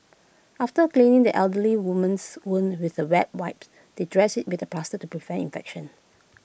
after cleaning the elderly woman's wound with the wet wipes they dressed IT with A plaster to prevent infection